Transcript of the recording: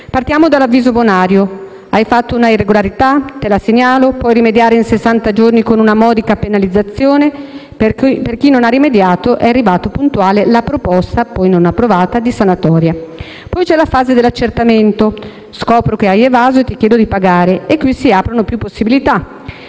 Partiamo dall'avviso bonario: hai fatto una irregolarità, te la segnalo e puoi rimediare in sessanta giorni con una modica penalizzazione. Per chi non ha rimediato, è arrivata puntuale la proposta - poi non approvata - di sanatoria. Poi c'è la fase dell'accertamento: scopro che hai evaso e ti chiedo di pagare. Qui si aprono diverse possibilità: